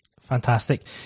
Fantastic